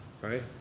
Right